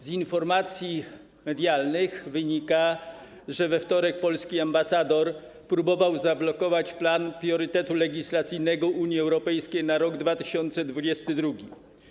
Z informacji medialnych wynika, że we wtorek polski ambasador próbował zablokować plan priorytetów legislacyjnych Unii Europejskiej na rok 2022.